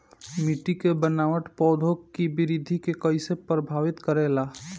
मिट्टी के बनावट पौधों की वृद्धि के कईसे प्रभावित करेला?